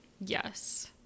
Yes